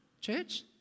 Church